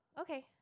Okay